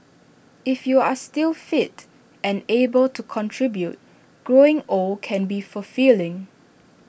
if you're still fit and able to contribute growing old can be fulfilling